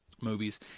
movies